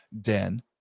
den